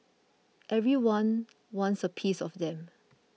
everyone wants a piece of them